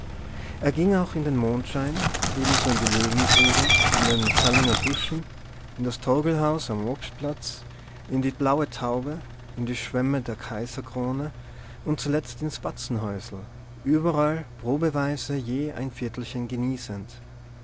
er ging auch in den mondschein ebenso in die löwengrube in den zallinger buschen in das torggelhaus am obstplatz in die blaue taube in die schwemme der kaiserkrone und zuletzt ins batzenhäusl überall probeweise je ein viertelchen genießend